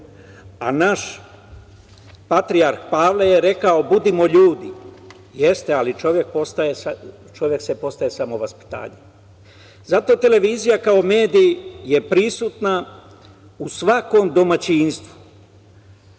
a naš patrijarh Pavle je rekao – budimo ljudi. Jeste, ali čovek se postaje samo vaspitanjem. Zato televizija kao medij je prisutna u svakom domaćinstvu,